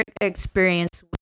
experience